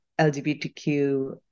LGBTQ